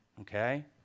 okay